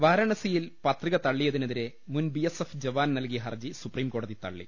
വാരണാസിയിൽ പത്രിക തള്ളിയതിനെതിള്ളര മുൻ ബി എസ് എഫ് ജവാൻ നൽകിയ ഹർജി സുപ്രീംക്യോടതി തള്ളി